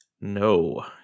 No